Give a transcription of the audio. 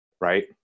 right